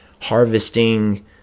harvesting